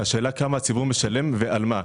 השאלה כמה הציבור משלם ועל מה.